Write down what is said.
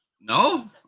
no